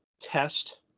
test